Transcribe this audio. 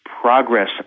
progress